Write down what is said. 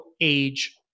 age